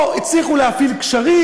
או הצליחו להפעיל קשרים: